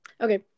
Okay